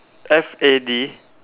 F A D